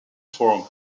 form